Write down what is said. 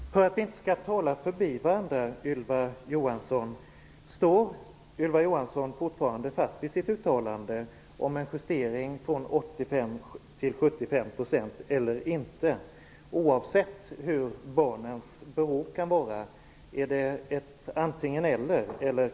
Herr talman! För att vi inte skall tala förbi varandra, Ylva Johansson, står Ylva Johansson fortfarande fast vid sitt uttalande om en justering från 85 till 75 % oavsett hur barnens behov kan vara? Eller är det ett antingen-eller?